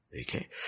Okay